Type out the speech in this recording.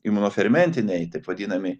imunofermentiniai taip vadinami